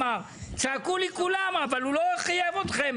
צעקו לי כולם: "אבל הוא לא חייב אתכם